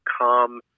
calm